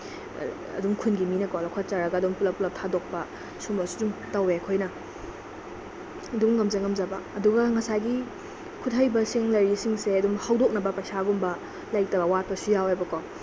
ꯑꯗꯨꯝ ꯈꯨꯟꯒꯤ ꯃꯤꯅꯀꯣ ꯂꯧꯈꯠꯆꯔꯒ ꯑꯗꯨꯝ ꯄꯨꯂꯞ ꯄꯨꯂꯞ ꯊꯥꯗꯣꯛꯄ ꯁꯨꯝꯕꯁꯨ ꯑꯗꯨꯝ ꯇꯧꯋꯦ ꯑꯩꯈꯣꯏꯅ ꯑꯗꯨꯝ ꯉꯝꯖ ꯉꯝꯖꯕ ꯑꯗꯨꯒ ꯉꯁꯥꯏꯒꯤ ꯈꯨꯠꯍꯩꯕꯁꯤꯡ ꯂꯩꯔꯤꯁꯤꯡꯁꯦ ꯑꯗꯨꯝ ꯍꯧꯗꯣꯛꯅꯕ ꯄꯩꯁꯥꯒꯨꯝꯕ ꯂꯩꯇꯕ ꯋꯥꯠꯄꯁꯨ ꯌꯥꯎꯋꯦꯕꯀꯣ